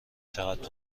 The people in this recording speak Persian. چقدر